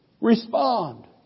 Respond